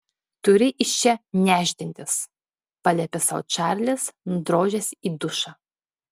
turi iš čia nešdintis paliepė sau čarlis nudrožęs į dušą